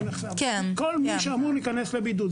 כל מי שאמור להיכנס לבידוד,